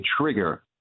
trigger